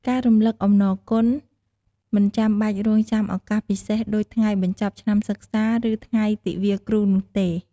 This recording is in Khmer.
ការ រំលឹកអំណរគុណ មិនចាំបាច់រង់ចាំឱកាសពិសេសដូចថ្ងៃបញ្ចប់ឆ្នាំសិក្សា ឬថ្ងៃទិវាគ្រូនោះទេ។